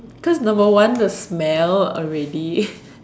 cause number one the smell already